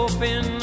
Open